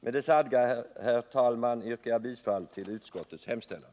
Med det sagda, herr talman, yrkar jag bifall till utskottets hemställan.